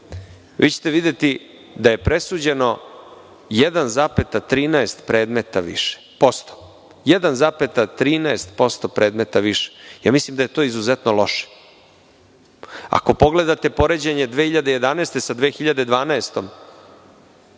vi ćete videti da je presuđeno 1,13% predmeta više. Mislim da je to izuzetno loše. Ako pogledate poređenje 2011. sa 2012.